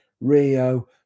Rio